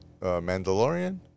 mandalorian